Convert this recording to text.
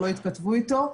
שלא התכתבו איתו.